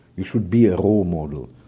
you should be a role model.